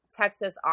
Texas